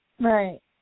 Right